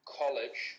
college